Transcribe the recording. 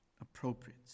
appropriate